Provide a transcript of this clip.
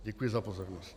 Děkuji za pozornost.